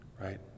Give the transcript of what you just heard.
right